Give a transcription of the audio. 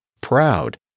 proud